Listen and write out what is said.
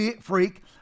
freak